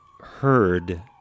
heard